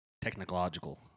Technological